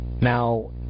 Now